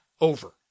over